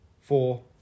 four